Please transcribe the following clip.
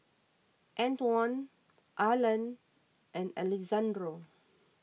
Antwon Arlan and Alexandro